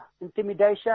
intimidation